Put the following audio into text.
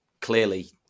clearly